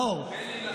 תן לי לנחש.